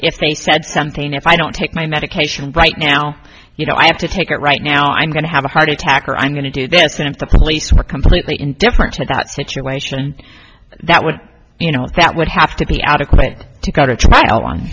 if they said something if i don't take my medication right now you know i have to take it right now i'm going to have a heart attack or i'm going to do this and if the place were completely indifferent to that situation that would you know that would have to be adequate to go to trial on